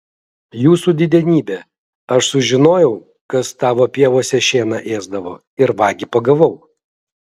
jūsų didenybe aš sužinojau kas tavo pievose šieną ėsdavo ir vagį pagavau